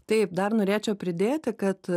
taip dar norėčiau pridėti kad